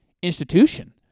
institution